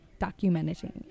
documenting